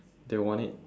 they want it